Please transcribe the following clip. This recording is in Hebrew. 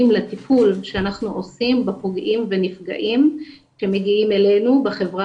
לטיפול שאנחנו עושים בפוגעים ונפגעים שמגיעים אלינו בחברה